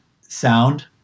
sound